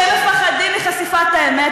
זה היה צריך להיות יותר חמור.